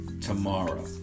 tomorrow